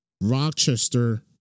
Rochester